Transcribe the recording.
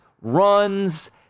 runs